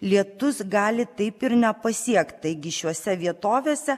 lietus gali taip ir nepasiekt taigi šiose vietovėse